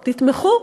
תתמכו.